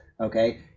Okay